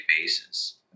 basis